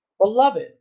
Beloved